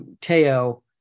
Teo